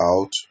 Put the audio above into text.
out